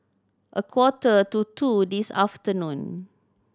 a quarter to two this afternoon